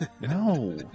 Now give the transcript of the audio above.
No